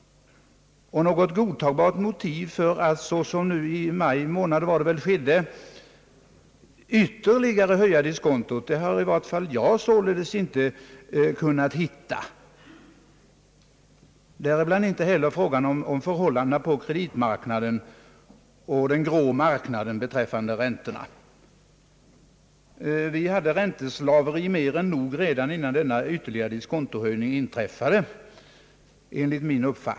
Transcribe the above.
Något godtagbart motiv för att — såsom skedde nu i maj månad — ytterligare höja diskontot har i varje fall jag inte kunnat hitta. Samma sak gäller frågan om förhållandena på kreditmarknaden och på den »grå marknaden» beträffande räntorna. Vi har haft ränteslaveri mer än nog redan innan den ytterligare diskontohöjningen inträffade.